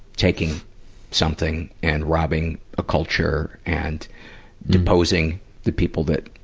taking something and robbing a culture and deposing the people that,